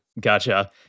Gotcha